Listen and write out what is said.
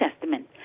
Testament